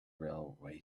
railway